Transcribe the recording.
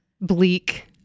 bleak